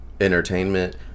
entertainment